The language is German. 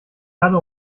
erde